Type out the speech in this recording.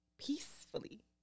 Peacefully